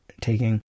taking